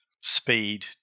speed